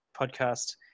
podcast